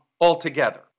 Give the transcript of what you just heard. altogether